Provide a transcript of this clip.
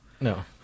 no